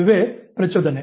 ಅದುವೇ ಪ್ರಚೋದನೆ